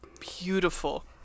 beautiful